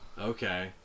okay